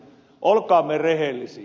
olkaamme rehellisiä